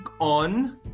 on